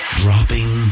dropping